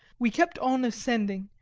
we kept on ascending,